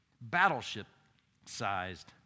battleship-sized